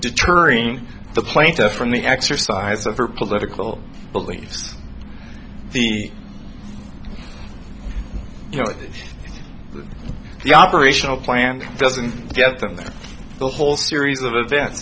deterring the plaintiff from the exercise of her political beliefs the you know the operational plan doesn't get them the whole series of events